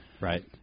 right